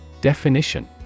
Definition